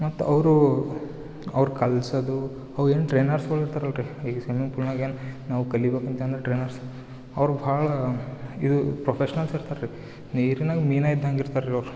ಮತ್ತು ಅವರು ಅವ್ರು ಕಲ್ಸೋದು ಅವ್ರು ಏನು ಟ್ರೇನರ್ಸ್ಗಳ್ ಇರ್ತಾರಲ್ಲ ರೀ ಈ ಸ್ವಿಮಿಂಗ್ ಪೂಲಾಗೆ ಏನು ನಾವ್ ಕಲಿಬೇಕಂತಂದರೆ ಟ್ರೇನರ್ಸ್ ಅವ್ರು ಭಾಳ ಇದು ಪ್ರೊಫೇಶ್ನಲ್ಸ್ ಇರ್ತಾರ್ ರೀ ನೀರಿನಾಗೆ ಮೀನು ಇದ್ದಂಗೆ ಇರ್ತಾರ್ ರೀ ಅವ್ರು